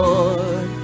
Lord